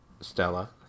Stella